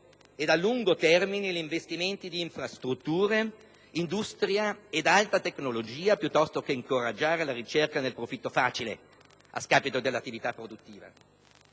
e a lungo termine, gli investimenti in infrastrutture, industria ed alta tecnologia, piuttosto che incoraggiare la ricerca del profitto facile a scapito dell'attività produttiva.